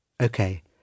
Okay